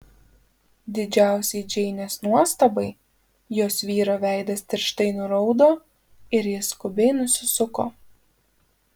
didžiausiai džeinės nuostabai jos vyro veidas tirštai nuraudo ir jis skubiai nusisuko